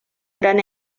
gran